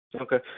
Okay